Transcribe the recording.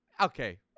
Okay